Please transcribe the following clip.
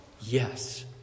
yes